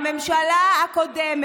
לא רציתם לבדוק את זה.